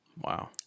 Wow